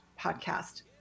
podcast